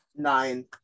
Nine